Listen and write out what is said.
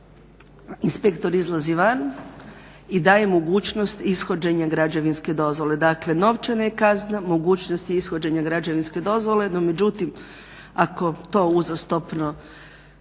inspektor izlazi van i daje mogućnost ishođenja građevinske dozvole. Dakle, novčana kazna, mogućnost ishođenja građevinske dozvole no međutim ako to uzastopno